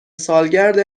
سالگرد